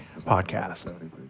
Podcast